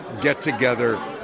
get-together